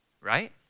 right